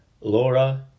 Laura